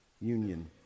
Union